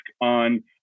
on